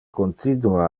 continua